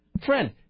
friend